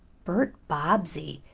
bert bobbsey,